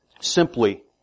simply